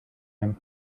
him